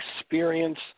Experience